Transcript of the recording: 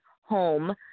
home